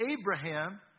Abraham